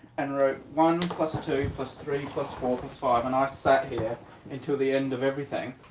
and wrote one two three four five and i sat here until the end of everything,